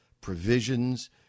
provisions